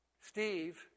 Steve